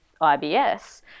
ibs